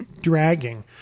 dragging